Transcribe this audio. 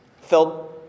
felt